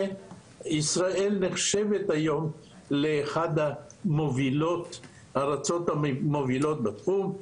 ישראל נחשבת היום לאחת המדינות המובילות בתחום.